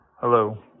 Hello